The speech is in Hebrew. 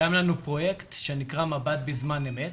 קיים פרויקט שנקרא "מב"ד בזמן אמת".